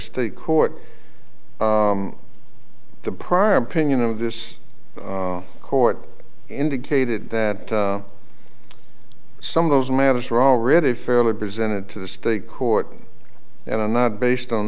state court the prior opinion of this court indicated that some of those matters were already fairly presented to the state court and are not based on